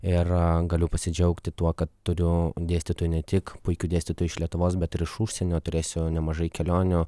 ir galiu pasidžiaugti tuo kad turiu dėstytojų ne tik puikių dėstytojų iš lietuvos bet ir iš užsienio turėsiu nemažai kelionių